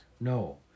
No